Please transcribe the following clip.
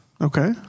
Okay